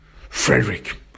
Frederick